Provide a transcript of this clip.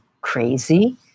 crazy